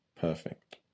perfect